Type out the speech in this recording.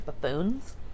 buffoons